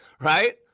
right